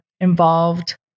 involved